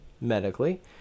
medically